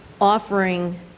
offering